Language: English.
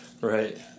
Right